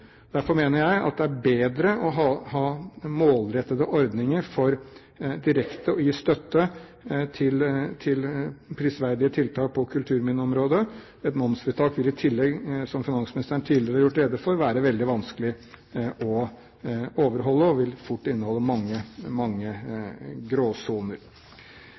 Derfor mener jeg at det er bedre å ha målrettede ordninger for direkte å gi støtte til prisverdige tiltak på kulturminneområdet. Et momsfritak vil i tillegg, som finansministeren tidligere har gjort rede for, være veldig vanskelig å overholde, og vil fort inneholde mange gråsoner.